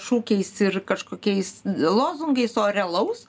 šūkiais ir kažkokiais lozungais o realaus